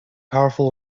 powerful